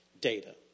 data